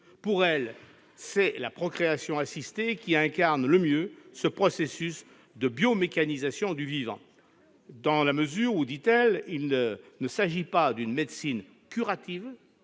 Pour elle, c'est la procréation assistée qui incarne le mieux ce processus de biomécanisation du vivant, « dans la mesure où il ne s'agit pas d'une médecine curative,